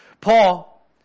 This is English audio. Paul